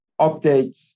updates